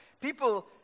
People